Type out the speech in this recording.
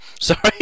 sorry